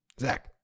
Zach